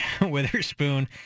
Witherspoon